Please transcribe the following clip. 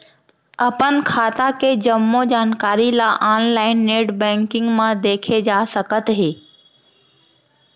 अपन खाता के जम्मो जानकारी ल ऑनलाइन नेट बैंकिंग म देखे जा सकत हे